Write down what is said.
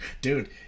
dude